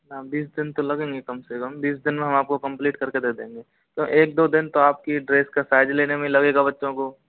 हाँ बीस दिन तो लगेंगे कम से कम बीस दिन में हम आपको कंप्लीट करके दे देंगे तो एक दो दिन तो आपकी ड्रेस का साइज लेने में लगेगा बच्चों को